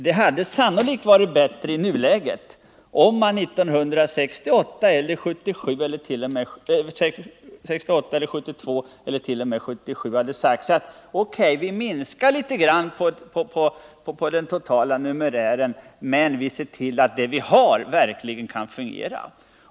Det hade sannolikt varit bättre i nuläget om man 1968, 1972 eller t.o.m. 1977 hade sagt: O. K. Vi minskar litet på den totala numerären, men vi ser till att det vi har verkligen kan fungera.